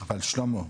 אבל שלמה,